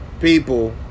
people